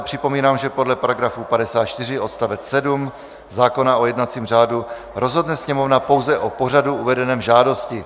Připomínám, že podle § 54 odst. 7 zákona o jednacím řádu rozhodne Sněmovna pouze o pořadu uvedeném v žádosti.